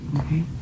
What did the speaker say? Okay